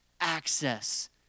access